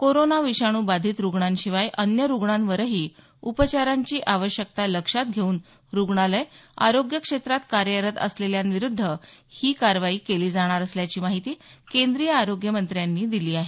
corona विषाणू बाधीत रुग्णांशिवाय अन्य रुग्णांवरही उपचारांची आवश्यकता लक्षात घेऊन रुग्णालय आरोग्य क्षेत्रात कार्यरत असलेल्यांविरुद्ध ही कारवाई केली जाणार असल्याची माहिती केंद्रीय आरोग्य मंत्र्यांनी दिली आहे